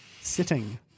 sitting